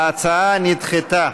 ההצעה נדחתה.